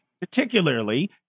particularly